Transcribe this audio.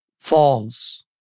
Falls